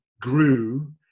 grew